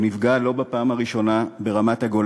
שנפגע לא בפעם הראשונה ברמת-הגולן,